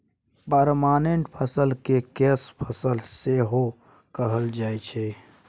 permanent फसल केँ कैस फसल सेहो कहल जाइ छै